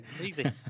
Easy